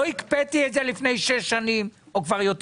לא הקפאתי את זה לפני שש שנים או כבר יותר.